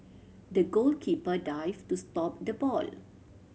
the goalkeeper dived to stop the ball